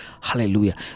Hallelujah